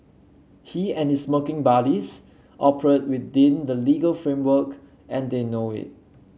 he and his smirking buddies operate within the legal framework and they know it